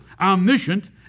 omniscient